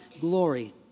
glory